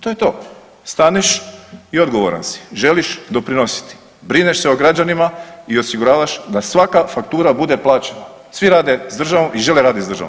To je to, staneš i odgovoran si, želiš doprinositi, brineš se o građanima i osiguravaš da svaka faktura bude plaćena, svi rade s državom i žele raditi s državom.